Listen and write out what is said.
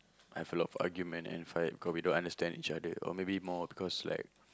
I've a lot of argument and fight cause we don't understand each other or maybe or because like